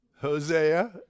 Hosea